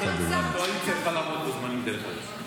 את לא היית צריכה לעמוד בזמנים, דרך אגב.